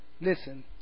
Listen